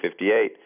1958